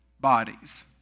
bodies